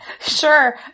Sure